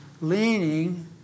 leaning